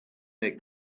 make